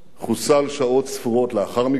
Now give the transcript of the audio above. חוסל שעות ספורות לאחר מכן.